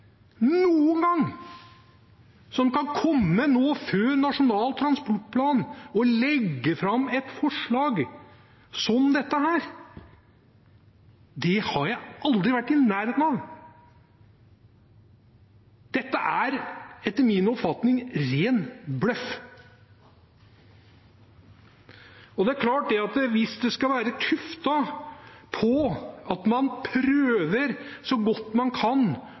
noen gang. At man kan komme nå før Nasjonal transportplan og legge fram et forslag som dette – det har jeg aldri vært i nærheten av. Dette er, etter min oppfatning, ren bløff. Hvis det skal være tuftet på at man prøver så godt man kan